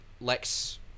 Lex